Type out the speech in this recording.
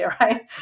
right